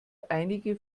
einige